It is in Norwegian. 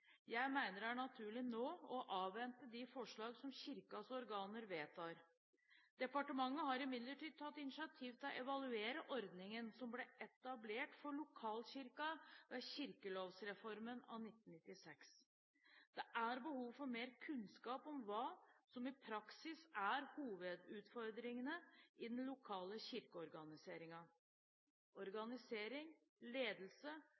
Jeg mener det er naturlig nå å avvente de forslagene som Kirkens organer vedtar. Departementet har imidlertid tatt initiativ til å evaluere ordningen som ble etablert for lokalkirken ved kirkelovsreformen av 1996. Det er behov for mer kunnskap om hva som i praksis er hovedutfordringene i den lokale kirkeorganiseringen. Organisering, ledelse